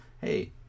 Hey